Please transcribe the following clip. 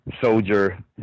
soldier